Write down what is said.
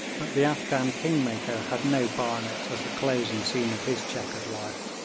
but the afghan kingmaker had no barnet as the closing scene of his chequered life.